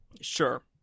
Sure